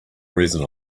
reason